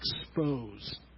expose